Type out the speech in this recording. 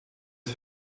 het